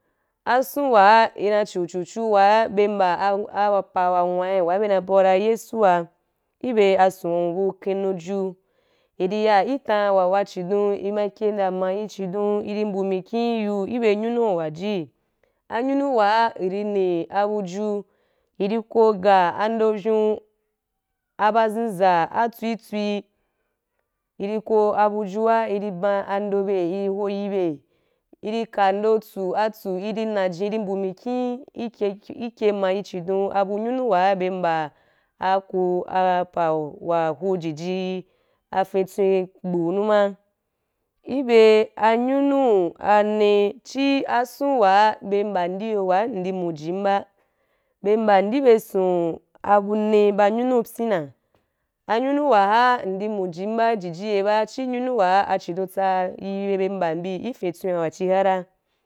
Ason wa ī na chu chu chu wa be mba a ai apa wa nwai wa be na bau dan yesua ki be ason bu akenju i ri ya ki tam wa wa chidon i ma ke mbya ma yi chidon i ma ke mbya ma yi chidon i ri mbu mikin yiu ki be annyunua ji anyunu wa i di nde abuju i di ko ga ando avyou n bazin za tswi tswi i ri ko abujua i ri ban ando be i ri ho i yi be i ri ka amdo abu tsu i ri na jen i ri mbu mikin i ke ki i ke ma yi chidon abu anyunu wa be mba a kuu apa wa hu jijii afen tswen gbo numa i be anyunu ane chi ason wa be mba ki yo wa ndi mujim ba be mba ki be ason abu ane ba ryunu abyia anyunua ndi muji ba i jiji ye ba chi nyunua a didon tsa yi ayoi be mba bi ki fen tswen wa chi kara.